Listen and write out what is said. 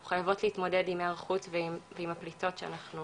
אנחנו חייבות להתמודד עם היערכות ועם הפליטות שאנחנו